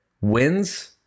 wins